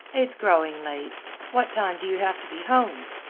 it is growing late what time do you have to be home?